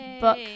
book